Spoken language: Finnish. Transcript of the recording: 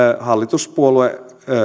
hallituspuolue